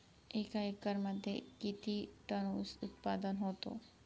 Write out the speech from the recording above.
एका एकरमध्ये किती टन ऊस उत्पादन होतो?